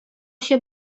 się